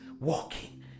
walking